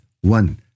one